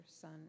Son